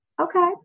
Okay